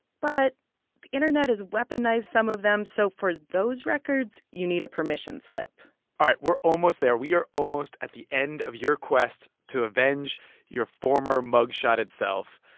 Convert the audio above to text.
but the internet has weaponized some of them, so for those records, you need a permission slip all right, we're almost there. we are almost at the end of your quest to avenge your former mugshotted self.